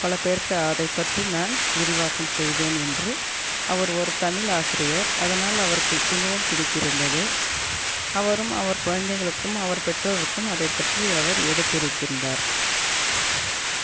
பல பேருக்கு அதை பற்றி நான் விரிவாக்கம் செய்தேன் என்று அவர் ஒரு தமிழ் ஆசிரியர் அதனால் அவருக்கு மிகவும் பிடித்திருந்தது அவரும் அவர் குழந்தைகளுக்கும் அவர் பெற்றோருக்கும் அதை பற்றி அவர் எடுத்துரைத்திருந்தார்